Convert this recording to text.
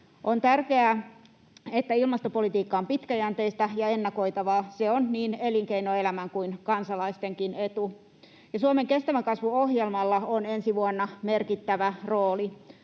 On tärkeää, että ilmastopolitiikka on pitkäjänteistä ja ennakoitavaa. Se on niin elinkeinoelämän kuin kansalaistenkin etu. Suomen kestävän kasvun ohjelmalla on ensi vuonna merkittävä rooli.